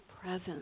presence